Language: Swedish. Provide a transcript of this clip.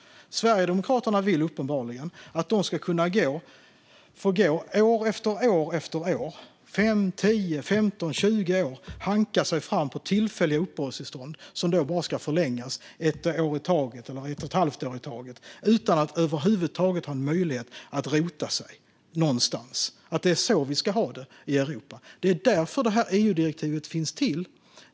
Sverigedemokraterna vill uppenbarligen att de ska gå år efter år, 5, 10, 15 eller 20 år, och hanka sig fram på tillfälliga uppehållstillstånd som ska förlängas ett år i taget eller ett och ett halvt år i taget utan att över huvud taget ha möjlighet att rota sig någonstans: att det är så det ska vara i Europa. Det är därför EU-direktivet finns.